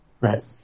right